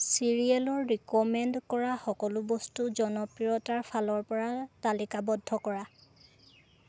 চিৰিয়েলৰ recommend কৰা সকলো বস্তু জনপ্ৰিয়তাৰ ফালৰ পৰা তালিকাবদ্ধ কৰা